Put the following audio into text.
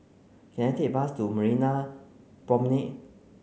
can I take a bus to Marina Promenade